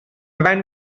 rewind